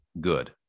good